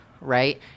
Right